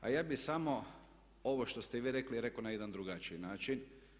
A ja bih samo ovo što ste vi rekli rekao na jedan drugačiji način.